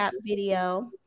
video